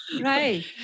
right